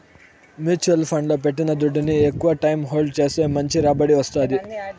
mutual ఫండ్లల్ల పెట్టిన దుడ్డుని ఎక్కవ టైం హోల్డ్ చేస్తే మంచి రాబడి వస్తాది